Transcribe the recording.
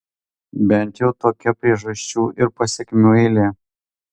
bent jau tokia priežasčių ir pasekmių eilė